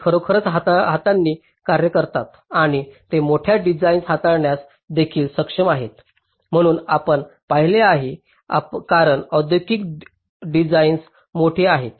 ते खरोखरच हातांनी कार्य करतात आणि ते मोठ्या डिझाईन्स हाताळण्यास देखील सक्षम आहेत कारण आपण पाहिले आहे कारण औद्योगिक डिझाईन्स मोठी आहेत